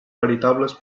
veritables